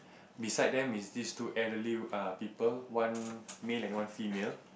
beside them is these two elderly err people one male and one female